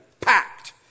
packed